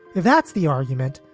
that's the argument.